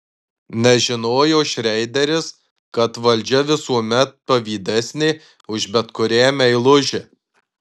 nežinojo šreideris kad valdžia visuomet pavydesnė už bet kurią meilužę